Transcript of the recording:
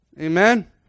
Amen